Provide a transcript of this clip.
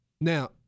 Now